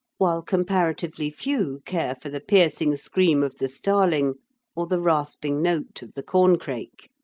while comparatively few care for the piercing scream of the starling or the rasping note of the corncrake.